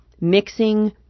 Mixing